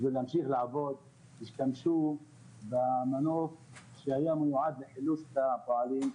בשביל להמשיך לעבוד השתמשו במנוף שהיה מיועד לחילוץ פועלים.